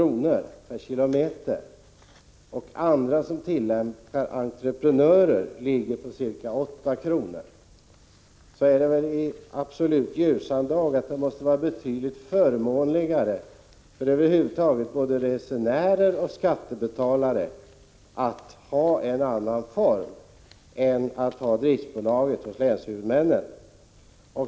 per kilometer och den som anlitar entreprenörer har en kostnad på ca 8 kr., står det helt klart att det är betydligt mera förmånligt för både resenärer och skattebetalare med någon annan trafikform än driftbolag hos länshuvudmännen.